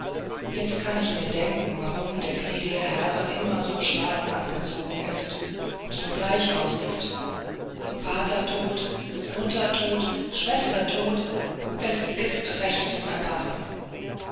jetzt kann ich mir denken warum der gnädige herr immer so schwarz angezogen ist und so bleich aussieht vater tot mutter tot schwester tot es ist recht zum erbarmen